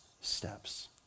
steps